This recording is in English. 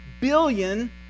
billion